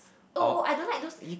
oh oh I don't like those